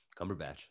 Cumberbatch